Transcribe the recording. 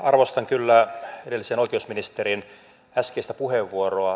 arvostan kyllä edellisen oikeusministerin äskeistä puheenvuoroa